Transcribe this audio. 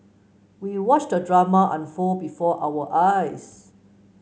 we watched the drama unfold before our eyes